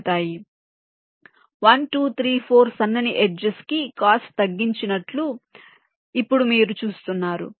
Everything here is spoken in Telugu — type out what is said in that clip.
1 2 3 4 సన్నని ఎడ్జెస్ కి కాస్ట్ తగ్గించినట్లు ఇప్పుడు మీరు చూస్తున్నారు